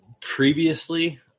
Previously